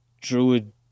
druid